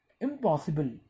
impossible